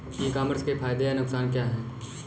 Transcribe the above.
ई commerce के फायदे या नुकसान क्या क्या हैं?